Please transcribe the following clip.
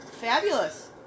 Fabulous